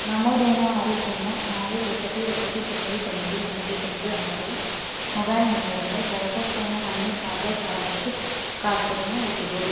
నమోదైన ఆరు సున్నా ఆరు ఒకటి ఒకటి తొమ్మిది తొమ్మిది ఎనిమిది తొమ్మిది ఆరు మొబైల్ నంబరుపై దరఖాస్తయిన అన్ని తాజా స్కాలర్షిప్ ఖాస్తులను వెతుకు